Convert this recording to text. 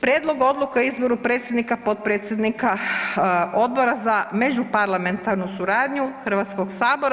Prijedlog odluke o izboru predsjednika, potpredsjednika Odbora za međuparlamentarnu suradnju Hrvatskog sabora.